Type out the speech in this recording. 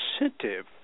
incentive